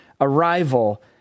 arrival